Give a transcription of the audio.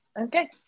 Okay